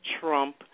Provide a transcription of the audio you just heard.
trump